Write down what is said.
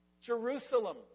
Jerusalem